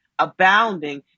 Abounding